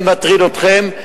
זה מטריד אתכם,